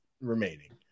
remaining